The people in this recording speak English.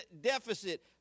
deficit